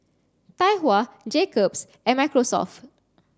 Tai Hua Jacob's and Microsoft